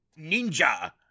ninja